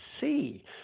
see